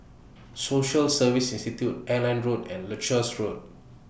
Social Service Institute Airline Road and Leuchars Road